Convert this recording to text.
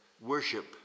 worship